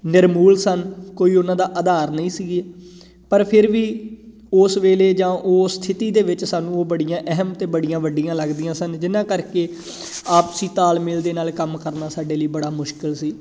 ਨਿਰਮੂਲ ਸਨ ਕੋਈ ਉਹਨਾਂ ਦਾ ਆਧਾਰ ਨਹੀਂ ਸੀਗੇ ਪਰ ਫਿਰ ਵੀ ਉਸ ਵੇਲੇ ਜਾਂ ਉਹ ਸਥਿਤੀ ਦੇ ਵਿੱਚ ਸਾਨੂੰ ਉਹ ਬੜੀਆਂ ਅਹਿਮ ਅਤੇ ਬੜੀਆਂ ਵੱਡੀਆਂ ਲੱਗਦੀਆਂ ਸਨ ਜਿਨ੍ਹਾਂ ਕਰਕੇ ਆਪਸੀ ਤਾਲਮੇਲ ਦੇ ਨਾਲ ਕੰਮ ਕਰਨਾ ਸਾਡੇ ਲਈ ਬੜਾ ਮੁਸ਼ਕਲ ਸੀ